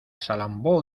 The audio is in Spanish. salambó